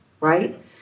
right